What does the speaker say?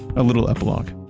a little epilogue.